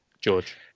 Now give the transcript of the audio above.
george